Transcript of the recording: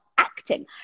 acting